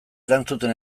erantzuten